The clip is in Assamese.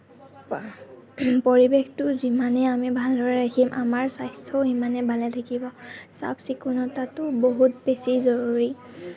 পৰিৱেশটো যিমানেই আমি ভালদৰে ৰাখিম আমাৰ স্বাস্থ্যও সিমানেই ভালে থাকিব চাফ চিকুণতাটো বহুত বেছি জৰুৰী